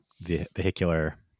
vehicular